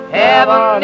heaven